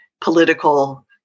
political